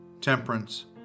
temperance